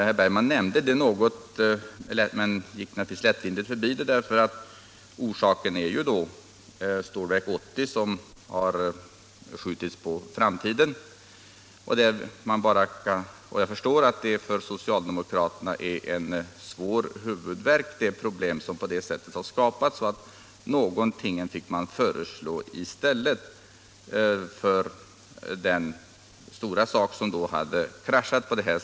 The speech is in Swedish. Herr Bergman nämnde det men gick lättvindigt förbi det, därför att orsaken är att Stålverk 80 har skjutits på framtiden. Jag förstår att de problem som därigenom har skapats medför en svår huvudvärk för socialdemokraterna, så någonting fick de föreslå i stället för den stora sak som kraschat.